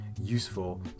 useful